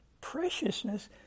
preciousness